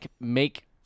make –